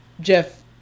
jeff